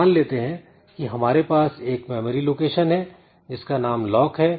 मान लेते हैं की हमारे पास एक मेमोरी लोकेशन है जिसका नाम लॉक है